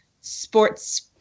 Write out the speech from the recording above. sports